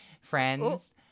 friends